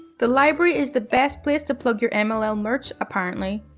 the library is the best place to plug your and mlm merch apparently.